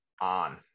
on